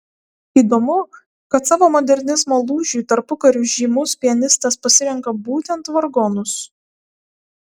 įdomu kad savo modernizmo lūžiui tarpukariu žymus pianistas pasirenka būtent vargonus